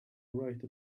write